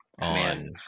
on